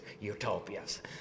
utopias